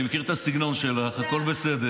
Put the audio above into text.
אני מכיר את הסגנון שלך, הכול בסדר.